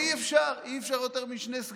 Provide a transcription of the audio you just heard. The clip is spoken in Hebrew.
אי-אפשר יותר משני סגני שרים,